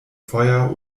feuer